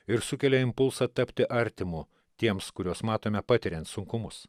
ir sukelia impulsą tapti artimu tiems kuriuos matome patiriant sunkumus